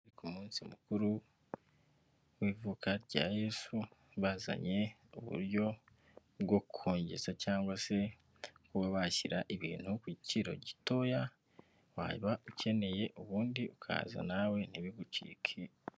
Ku munsi mukuru w'ivuka rya Yesu, bazanye uburyo bwo kongeza cyangwa se kuba bashyira ibintu ku giciroro gitoya waba ukeneye, ubundi ukaza nawe ntibigucike.